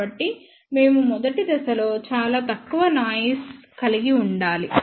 కాబట్టి మేము మొదటి దశలో చాలా తక్కువ నాయిస్ కలిగి ఉండాలి